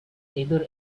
either